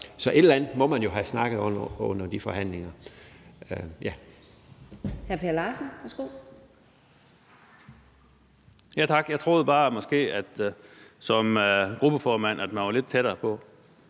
så et eller andet må man jo have snakket om under de forhandlinger.